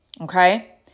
Okay